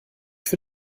für